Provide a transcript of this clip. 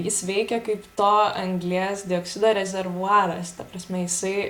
jis veikia kaip to anglies dioksido rezervuaras ta prasme jisai